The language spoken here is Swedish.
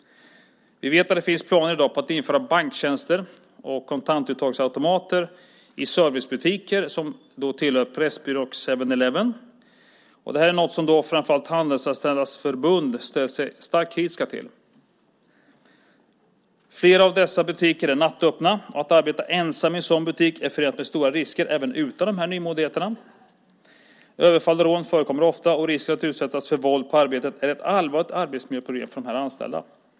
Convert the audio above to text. Vi vet att det i dag finns planer på att införa banktjänster och kontantuttagsautomater i servicebutiker som tillhör Pressbyrån och 7-Eleven. Detta är något som framför allt Handelsanställdas förbund ställer sig starkt kritiska till. Flera av dessa butiker är nattöppna. Att arbeta ensam i en sådan butik är förenat med stora risker även utan dessa nymodigheter. Överfall och rån förekommer ofta, och risken att utsättas för våld på arbetet är ett allvarligt arbetsmiljöproblem för dessa anställda.